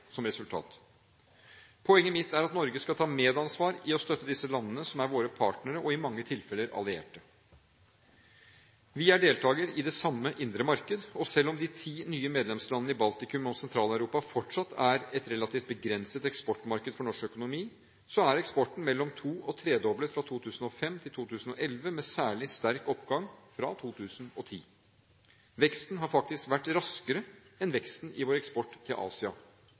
som resultat. Poenget mitt er at Norge skal ta medansvar for å støtte disse landene, som er våre partnere og i mange tilfeller allierte. Vi er deltakere i det samme indre marked, og selv om de ti nye medlemslandene i Baltikum og SentralEuropa fortsatt er et relativt begrenset eksportmarked for norsk økonomi, er eksporten mellom to- og tredoblet fra 2005 til 2011, med særlig sterk oppgang fra 2010. Veksten har faktisk vært raskere enn veksten i vår eksport til Asia.